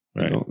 right